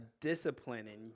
disciplining